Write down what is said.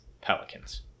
Pelicans